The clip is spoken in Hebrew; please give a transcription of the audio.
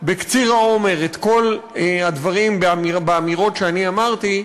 בקצירת האומר את כל הדברים באמירות שאני אמרתי,